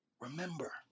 Remember